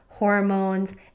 hormones